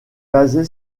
basée